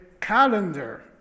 calendar